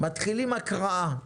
עכשיו מתחילים בהקראה.